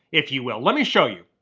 if you will. let me show you.